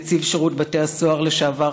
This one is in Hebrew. נציב שירות בתי הסוהר לשעבר,